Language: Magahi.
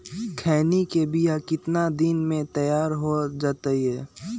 खैनी के बिया कितना दिन मे तैयार हो जताइए?